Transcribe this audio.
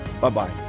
Bye-bye